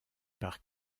par